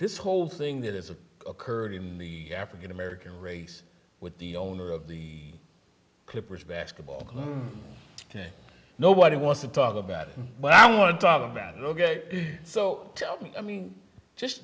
this whole thing that is a occurred in the african american race with the owner of the clippers basketball team nobody wants to talk about it but i want to talk about it ok so tell me i mean just